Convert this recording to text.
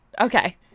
okay